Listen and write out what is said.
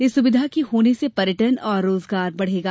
इस सुविधा के होने से पर्यटन और रोजगार पैदा होगा